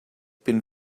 been